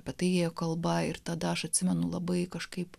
apie tai ėjo kalba ir tada aš atsimenu labai kažkaip